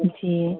जी